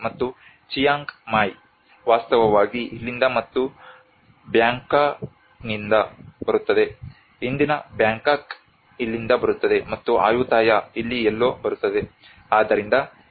ಮತ್ತು Chiang Mai ವಾಸ್ತವವಾಗಿ ಇಲ್ಲಿಂದ ಮತ್ತು ಬ್ಯಾಂಕಾಕ್ನಿಂದ ಬರುತ್ತದೆ ಇಂದಿನ ಬ್ಯಾಂಕಾಕ್ ಇಲ್ಲಿಂದ ಬರುತ್ತದೆ ಮತ್ತು ಆಯುಥಾಯ ಇಲ್ಲಿ ಎಲ್ಲೋ ಬರುತ್ತದೆ